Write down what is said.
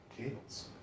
Cables